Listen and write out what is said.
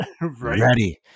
ready